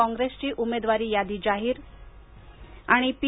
काँग्रेसची उमेदवार यादी जाहीर पी